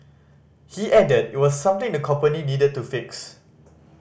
he added it was something the company needed to fix